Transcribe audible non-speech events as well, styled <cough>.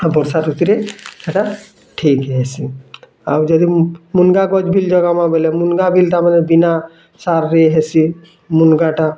ଆଉ ବର୍ଷା ଋତୁରେ ହେଟା ଠିକ୍ ହେସି ଆଉ ଯଦି ମୁଁ ମୁନ୍ଗା <unintelligible> ବିଲ୍ ଜଗାମାଁ ବେଲେ ମୁନ୍ଗା ବିଲଟା ବୋଲେ ବିନା ସାର ରେ ହେସି ମୁନଗା ଟା